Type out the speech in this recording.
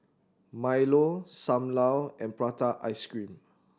Milo Sam Lau and prata ice cream